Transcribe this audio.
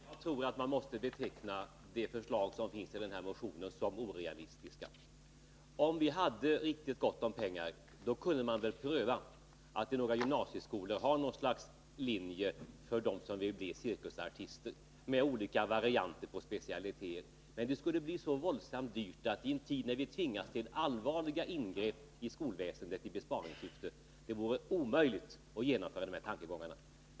Herr talman! Jag tror att man måste beteckna de förslag som finns i den här motionen som orealistiska. Om vi hade riktigt gott om pengar, kunde man väl pröva att i några gymnasieskolor ha något slags linje för dem som vill bli cirkusartister, med olika varianter på specialiteter. Men det skulle bli så våldsamt dyrt att det, i en tid när vi tvingas till allvarliga ingrepp i skolväsendet i besparingssyfte, vore omöjligt att genomföra de här tankegångarna.